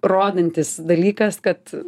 rodantis dalykas kad